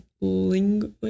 Language